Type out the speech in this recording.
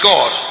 God